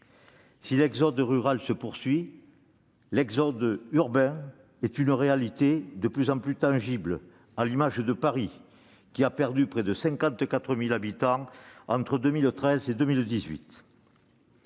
Si l'exode rural se poursuit, l'exode urbain est une réalité de plus en plus tangible. Paris a ainsi perdu près de 54 000 habitants entre 2013 et 2018.